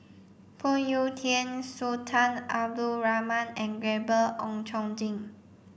Phoon Yew Tien Sultan Abdul Rahman and Gabriel Oon Chong Jin